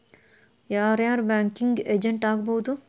ಯಾರ್ ಯಾರ್ banking agent ಆಗ್ಬಹುದು?